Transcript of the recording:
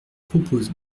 propose